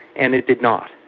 and it did not.